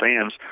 fans